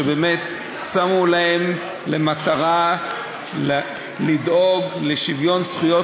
שבאמת שמו להם למטרה לדאוג לשוויון זכויות